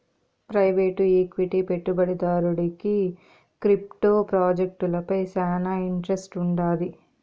private equity పెట్టుబడిదారుడికి crypto ప్రాజెక్టులపై శానా ఇంట్రెస్ట్ వుండాది